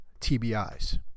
TBIs